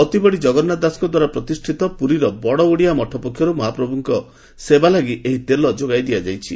ଅତିବଡି ଶ୍ରୀକଗନ୍ନାଥ ଦାସଙ୍କ ଦ୍ୱାରା ପ୍ରତିଷିତ ପୁରୀର ବଡ ଓଡିଆ ମଠ ପକ୍ଷରୁ ମହାପ୍ରଭୁଙ୍କ ସେବାଲାଗି ଏହି ତେଲ ଯୋଗାଇ ଦିଆଯାଇଛି